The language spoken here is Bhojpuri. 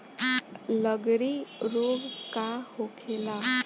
लगड़ी रोग का होखेला?